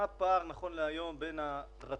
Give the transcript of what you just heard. מה הפער בין מה שאמרו לך או סיכמו אתך?